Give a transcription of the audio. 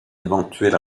éventuel